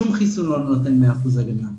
שום חיסון לא נותן מאה אחוז הגנה,